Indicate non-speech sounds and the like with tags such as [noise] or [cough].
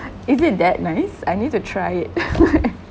is it that nice I need to try it [laughs]